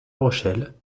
rochelle